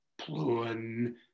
Plun